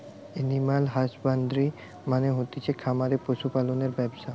animal husbandry মানে হতিছে খামারে পশু পালনের ব্যবসা